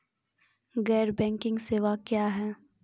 गैर बैंकिंग सेवा क्या हैं?